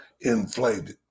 inflated